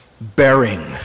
bearing